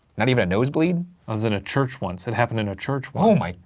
not even a nosebleed? i was in a church once, it happened in a church once oh my!